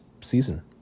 season